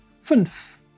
Fünf